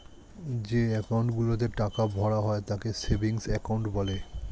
যে অ্যাকাউন্ট গুলোতে টাকা ভরা হয় তাকে সেভিংস অ্যাকাউন্ট বলে